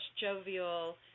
jovial